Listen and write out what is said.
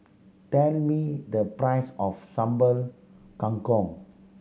tell me the price of Sambal Kangkong